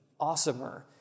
awesomer